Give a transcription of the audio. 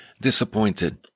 disappointed